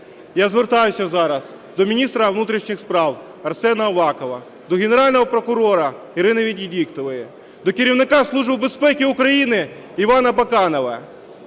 Я звертаюсь зараз до міністра внутрішніх справ Арсена Авакова, до Генерального прокурора Ірини Венедіктової, до керівника Служби безпеки України Івана Баканова